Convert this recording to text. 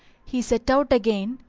he set out again,